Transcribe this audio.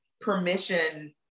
permission